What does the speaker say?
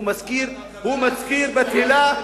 הוא מזכיר, אין זכות,